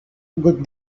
good